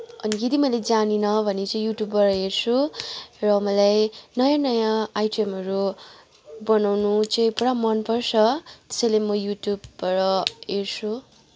अनि यदि मैले जानिनँ भने चाहिँ युट्युबबाट हेर्छु र मलाई नयाँ नयाँ आइटमहरू बनाउनु चाहिँ पुरा मनपर्छ त्यसैले म युट्युबबाट हेर्छु